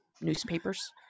newspapers